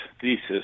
thesis